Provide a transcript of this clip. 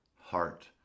heart